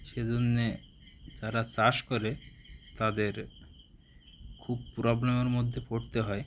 সেজন্যে যারা চাষ করে তাদের খুব প্রবলেমের মধ্যে পড়তে হয়